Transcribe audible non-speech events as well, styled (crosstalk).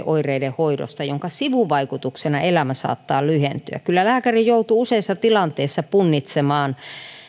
(unintelligible) oireiden hoidosta jonka sivuvaikutuksena elämä saattaa lyhentyä kyllä lääkäri joutuu useissa tilanteissa punnitsemaan